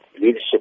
leadership